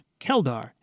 Keldar